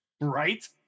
Right